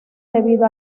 debido